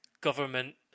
government